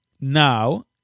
Now